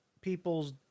people's